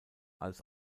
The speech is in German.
als